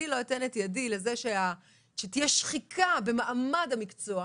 אני לא אתן את ידי לזה שתהיה שחיקה במעמד המקצוע.